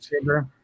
sugar